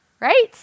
right